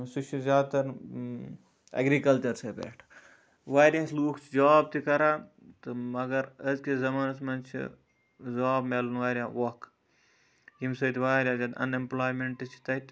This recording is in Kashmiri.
سُہ چھُ زیاد تر ایٚگرِکَلچَرسے پٮ۪ٹھ واریاہ لوٗکھ چھِ جاب تہِ کَران تہٕ مگر أزکِس زَمانَس مَنز چھِ جاب مِلُن واریاہ ووکھ ییٚمہِ سۭتۍ واریاہ زیاد اَن ایٚمپلایمنٹ چھِ تَتہِ